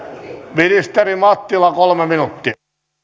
ministeri mattila kolme minuuttia